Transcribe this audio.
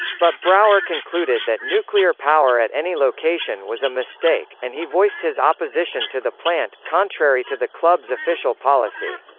but brower concluded that nuclear power at any location was a mistake, and he voiced his opposition to the plant, contrary to the club's official policy.